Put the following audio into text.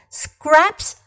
scraps